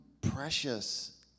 precious